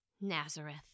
Nazareth